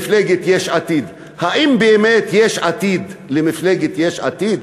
מפלגת יש עתיד: האם באמת יש עתיד למפלגת יש עתיד?